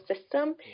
system